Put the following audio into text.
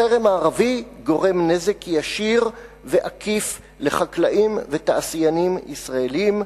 החרם הערבי גורם נזק ישיר ועקיף לחקלאים ולתעשיינים ישראלים,